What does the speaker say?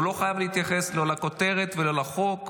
הוא לא חייב להתייחס לא לכותרת ולא לחוק,